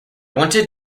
wanted